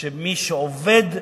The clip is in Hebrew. שמי שעובד,